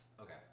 okay